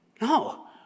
No